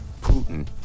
Putin